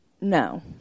No